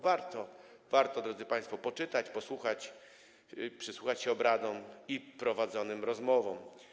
Warto, drodzy państwo, poczytać, posłuchać, przysłuchać się obradom i prowadzonym rozmowom.